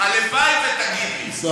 ותגיד לי שטעיתי לגבי קשרים משפחתיים,